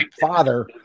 father